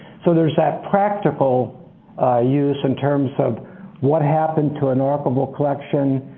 so there's that practical use in terms of what happened to an archival collection,